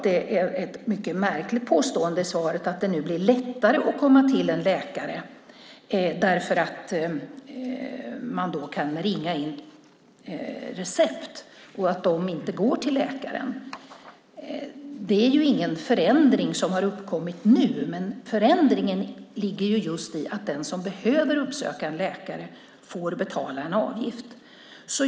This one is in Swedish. Det är ett mycket märkligt påstående i svaret att det nu blir lättare att komma till en läkare därför att människor kan ringa in recept och därmed inte går till läkaren. Det är ju ingen förändring som har uppkommit nu. Förändringen ligger just i att den som behöver uppsöka en läkare får betala en avgift.